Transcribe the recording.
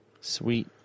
Sweet